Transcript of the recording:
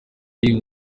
y’iyi